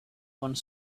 one